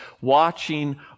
watching